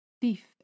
Thief